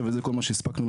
היא חלופה מסורבלת,